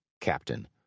Captain